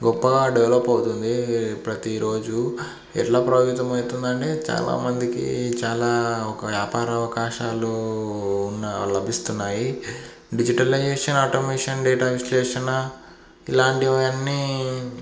గొప్పగా డెవలప్ అవుతుంది ప్రతిరోజు ఎలా ప్రభావితం అవుతుందంటే చాలామందికి చాలా ఒక వ్యాపార అవకాశాలు ఉన్న లభిస్తున్నాయి డిజిటలైజేషన్ ఆటోమేషన్ డేటా విశలేేషణ ఇలాంటివన్నీ